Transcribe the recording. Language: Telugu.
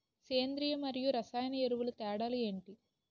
సేంద్రీయ మరియు రసాయన ఎరువుల తేడా లు ఏంటి?